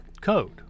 code